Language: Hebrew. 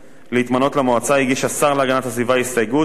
הגיש השר להגנת הסביבה הסתייגות המבקשת להוסיף